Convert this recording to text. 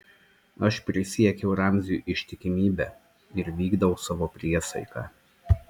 aš prisiekiau ramziui ištikimybę ir vykdau savo priesaiką